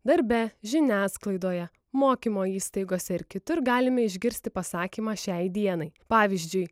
darbe žiniasklaidoje mokymo įstaigose ir kitur galime išgirsti pasakymą šiai dienai pavyzdžiui